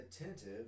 attentive